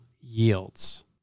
yields